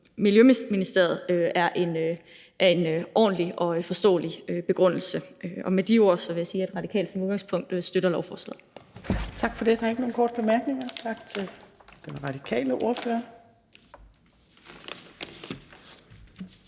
Miljøministeriet er ordentlig og forståelig. Og med de ord vil jeg sige, at Radikale som udgangspunkt støtter lovforslaget